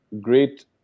great